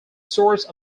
source